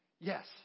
Yes